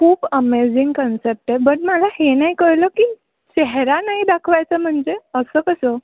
खूप amazing concept आहे but मला हे नाही कळलं की चेहरा नाही दाखवायचा म्हणजे असं कसं